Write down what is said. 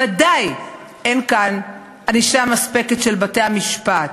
וודאי אין כאן ענישה מספקת של בתי-המשפט.